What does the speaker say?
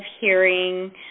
hearing